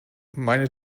meine